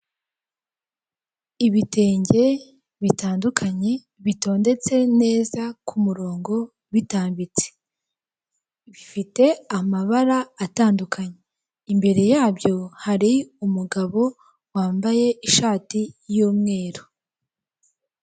Ibitenge bitandukanye bitondetse neza ku murongo bitambitse, bifite amabara atandukanye, imbere yabyo hari umugabo wambaye ishati y'umweru.